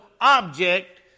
object